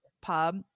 pub